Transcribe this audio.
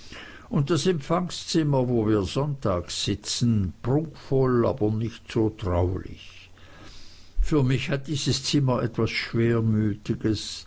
und das empfangszimmer wo wir sonntags sitzen prunkvoll aber nicht so traulich für mich hat dieses zimmer etwas schwermütiges